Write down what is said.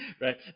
Right